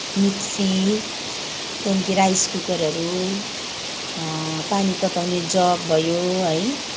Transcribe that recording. mixie त्यहाँदेखि rice कुकरहरू पानी तताउने जग भयो है